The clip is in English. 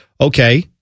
Okay